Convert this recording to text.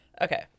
Okay